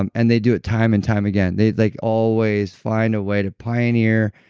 um and they do it time and time again, they like always find a way to pioneer.